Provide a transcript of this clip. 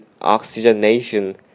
oxygenation